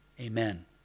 Amen